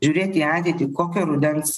žiūrėt į ateitį kokio rudens